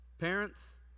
Parents